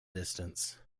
distance